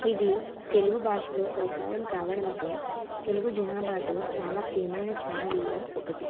ఇది తెలుగు బాషలో ప్రసారం కావడంతో తెలుగు జనాభాతో చాలా ప్రియమైన ఛానెళ్లలో ఒకటి